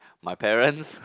my parents